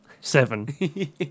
seven